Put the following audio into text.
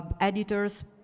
editors